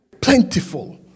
plentiful